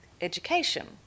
education